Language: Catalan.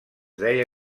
deia